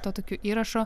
tokiu įrašu